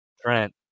Trent